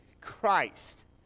Christ